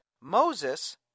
Moses